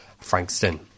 Frankston